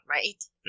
Right